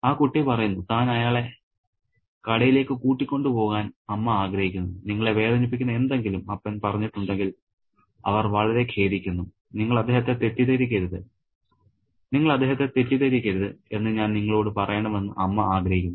ആ കുട്ടി പറയുന്നു താൻ അയാളെ കടയിലേക്ക് കൂട്ടിക്കൊണ്ട് പോകാൻ അമ്മ ആഗ്രഹിക്കുന്നു നിങ്ങളെ വേദനിപ്പിക്കുന്ന എന്തെങ്കിലും അപ്പൻ പറഞ്ഞിട്ടുണ്ടെങ്കിൽ അവർ വളരെ ഖേദിക്കുന്നു നിങ്ങൾ അദ്ദേഹത്തെ തെറ്റിദ്ധരിക്കരുത് എന്ന് ഞാൻ നിങ്ങളോട് പറയണമെന്ന് അമ്മ ആഗ്രഹിക്കുന്നു